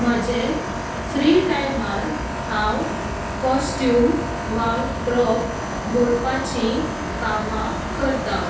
म्हजे फ्री टायमार हांव कोस्ट्यूम वा प्रोप घडपाची कामां करता